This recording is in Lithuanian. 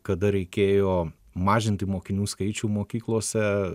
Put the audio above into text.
kada reikėjo mažinti mokinių skaičių mokyklose